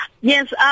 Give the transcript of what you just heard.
Yes